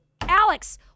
Alex